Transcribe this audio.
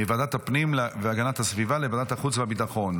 מוועדת הפנים והגנת הסביבה לוועדת החוץ והביטחון.